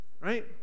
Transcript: right